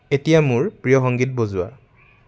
এতিয়া মোৰ প্ৰিয় সংগীত বজোৱা